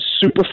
super